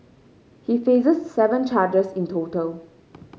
he faces seven charges in total